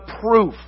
proof